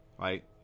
right